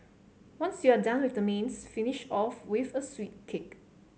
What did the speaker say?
once you're done with the mains finish off with a sweet kick